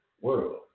world